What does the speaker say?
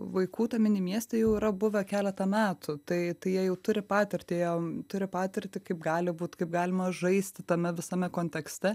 vaikų tame mieste jau yra buvę keletą metų tai tai jie jau turi patirtį jie turi patirtį kaip gali būt kaip galima žaisti tame visame kontekste